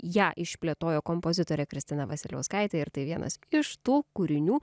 ją išplėtojo kompozitorė kristina vasiliauskaitė ir tai vienas iš tų kūrinių